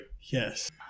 Yes